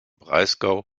breisgau